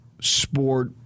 sport